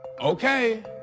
Okay